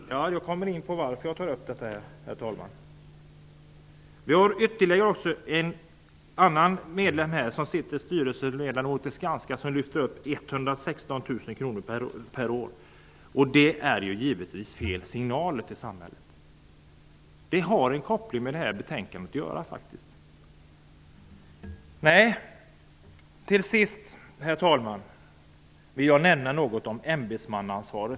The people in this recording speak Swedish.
Herr talman! Jag kommer in på varför jag tar upp detta. Vi har även en annan medlem. Han är styrelseledamot i Skanska och lyfter 116 000 kr per år. Det är givetvis fel signaler till samhället. Detta har en koppling till det här betänkandet. Till sist, herr talman, vill jag nämna något om ämbetsmannaansvaret.